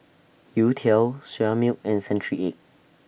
Youtiao Soya Milk and Century Egg